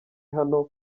hano